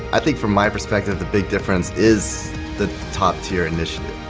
i think from my perspective the big difference is the top tier initiative.